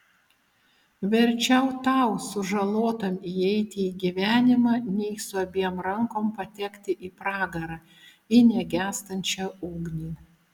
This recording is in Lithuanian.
verčiau tau sužalotam įeiti į gyvenimą nei su abiem rankom patekti į pragarą į negęstančią ugnį